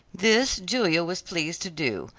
this julia was pleased to do,